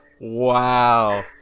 Wow